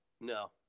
no